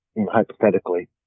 hypothetically